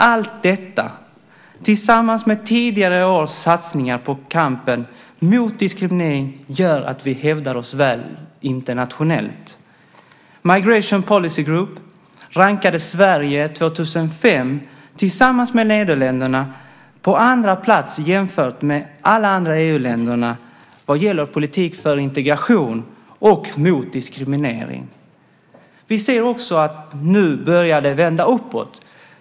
Allt detta tillsammans med tidigare års satsningar på kampen mot diskriminering gör att vi hävdar oss väl internationellt. Migration Policy Group rankade 2005 Sverige tillsammans med Nederländerna på andra plats bland alla EU-länder vad gäller politik för integration och mot diskriminering. Vi ser också att det nu börjar vända uppåt.